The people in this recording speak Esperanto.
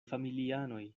familianoj